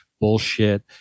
bullshit